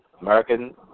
American